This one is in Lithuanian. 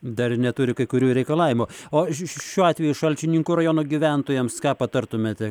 dar neturi kai kurių reikalavimų o šiuo atveju šalčininkų rajono gyventojams ką patartumėte